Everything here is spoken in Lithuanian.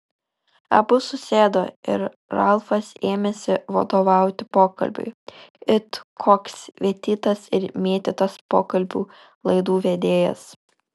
abu susėdo ir ralfas ėmėsi vadovauti pokalbiui it koks vėtytas ir mėtytas pokalbių laidų vedėjas